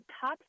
top